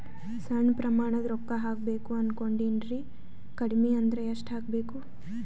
ಸಣ್ಣ ಪ್ರಮಾಣದ ರೊಕ್ಕ ಹಾಕಬೇಕು ಅನಕೊಂಡಿನ್ರಿ ಕಡಿಮಿ ಅಂದ್ರ ಎಷ್ಟ ಹಾಕಬೇಕು?